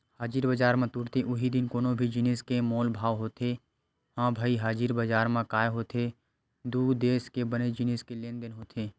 हाजिर बजार म तुरते उहीं दिन कोनो भी जिनिस के मोल भाव होथे ह भई हाजिर बजार म काय होथे दू देस के बने जिनिस के लेन देन होथे